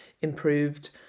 improved